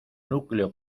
núcleo